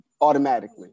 automatically